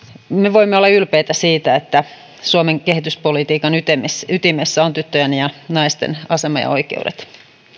me voimme olla ylpeitä siitä että suomen kehityspolitiikan ytimessä on tyttöjen ja naisten asema ja oikeudet